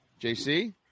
JC